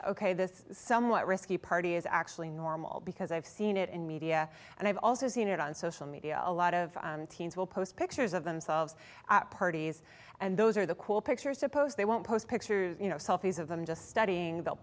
ok this somewhat risky party is actually normal because i've seen it in media and i've also seen it on social media a lot of teens will post pictures of themselves parties and those are the cool pictures suppose they won't post pictures you know selfies of them just studying